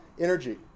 energy